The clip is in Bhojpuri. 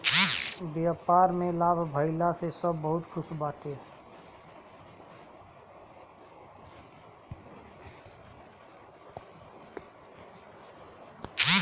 व्यापार में लाभ भइला से सब बहुते खुश बाटे